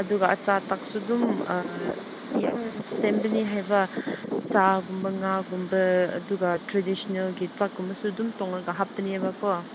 ꯑꯗꯨꯒ ꯑꯆꯥ ꯑꯊꯛꯁꯨ ꯑꯗꯨꯝ ꯌꯥꯝ ꯁꯦꯝꯕꯅꯤ ꯍꯥꯏꯕ ꯁꯥꯒꯨꯝꯕ ꯉꯥꯒꯨꯝꯕ ꯑꯗꯨꯒ ꯇ꯭ꯔꯦꯗꯤꯁꯅꯦꯜꯒꯤ ꯐꯛꯀꯨꯝꯕꯁꯨ ꯑꯗꯨꯝ ꯇꯣꯉꯥꯟꯅ ꯍꯥꯞꯄꯅꯦꯕꯀꯣ